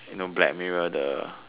you know black mirror the